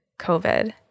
covid